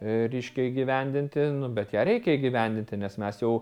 reiškia įgyvendinti bet ją reikia įgyvendinti nes mes jau